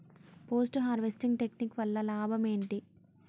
Post harvesting technique వల్ల లాభం ఏంటి?